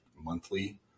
monthly